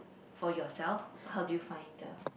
for yourself how do you find the